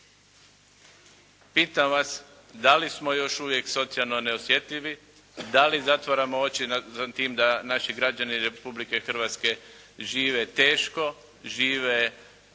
Pitam vas da li smo još uvijek socijalno neosjetljivi, da li zatvaramo oči nad tim da naši građani Republike Hrvatske žive teško, žive